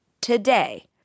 today